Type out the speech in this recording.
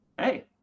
Hey